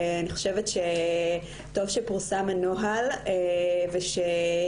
אני חושבת שטוב שפורסם הנוהל ושעדיין